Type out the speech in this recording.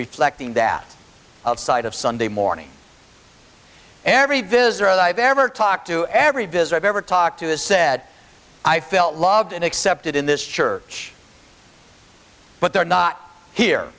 reflecting that outside of sunday morning every visitor i've ever talked to every visitor i've ever talked to has said i felt loved and accepted in this church but they're not here